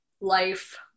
life